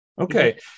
Okay